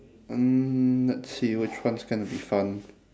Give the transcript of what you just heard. um let's see which one's gonna be fun